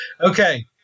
Okay